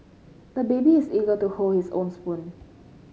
the baby is eager to hold his own spoon